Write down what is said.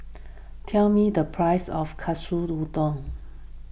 tell me the price of Katsu Tendon